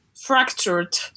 fractured